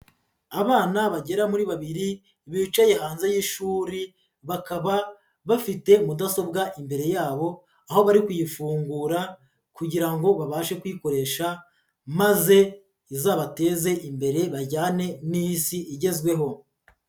Abana bagera muri babiri, bicaye hanze y'ishuri, bakaba bafite mudasobwa imbere yabo, aho bari kuyifungura kugira ngo babashe kuyikoresha, maze izabateze imbere bajyane n'isi igezweho.